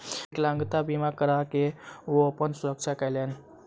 विकलांगता बीमा करा के ओ अपन सुरक्षा केलैन